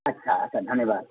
अच्छा तऽ धन्यवाद